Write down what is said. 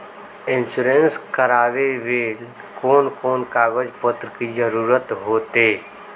Insurance करावेल कोन कोन कागज पत्र की जरूरत होते?